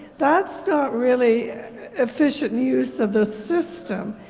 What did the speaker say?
that's not really efficient use of the system,